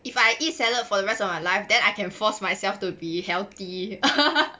if I eat salad for the rest of my life then I can force myself to be healthy